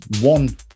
one